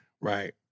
Right